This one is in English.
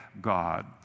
God